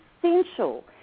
essential